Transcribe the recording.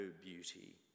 beauty